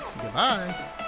goodbye